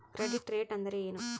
Credit rate ಅಂದರೆ ಏನು?